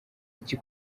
iki